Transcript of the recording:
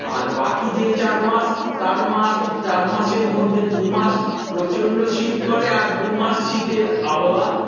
আর বাকি যে চার মাস চার চার মাসের মধ্যে দুই মাস প্রচন্ড শীত পরে আর দু মাস শীতের আবহাওয়া